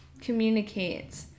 communicate